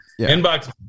inbox